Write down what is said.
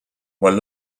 while